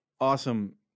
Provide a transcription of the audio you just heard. awesome